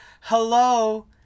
hello